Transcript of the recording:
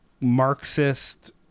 Marxist